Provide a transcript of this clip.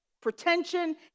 pretension